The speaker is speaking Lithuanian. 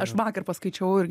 aš vakar paskaičiavau ir